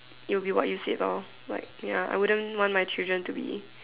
it will be what you said lor like ya I wouldn't want my children to be